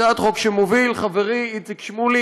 הצעת חוק שמוביל חברי איציק שמולי,